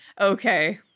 Okay